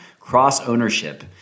cross-ownership